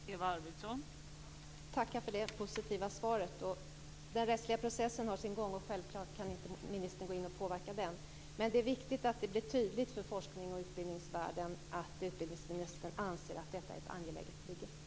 Fru talman! Jag får tacka för det positiva svaret. Den rättsliga processen har sin gång, och självklart kan inte ministern gå in och påverka den. Men det är viktigt att det blir tydligt för forsknings och utbildningsvärlden att utbildningsministern anser att detta är ett angeläget bygge.